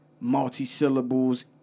multi-syllables